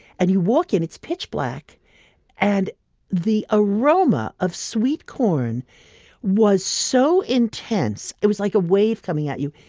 and you walk in, it's pitch black and the aroma of sweet corn was so intense. it was like a wave coming at you.